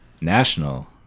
National